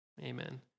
Amen